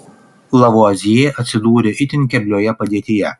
lavuazjė atsidūrė itin keblioje padėtyje